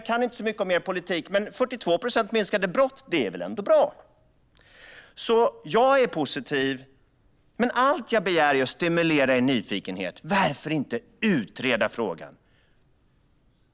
Jag kan inte så mycket om er politik. Men en minskning av antalet brott med 42 procent är väl ändå bra? Jag är positiv. Allt jag begär är att få stimulera er nyfikenhet. Varför inte utreda frågan?